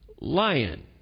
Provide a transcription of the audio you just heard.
lion